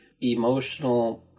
emotional